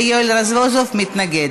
ויואל רזבוזוב מתנגד.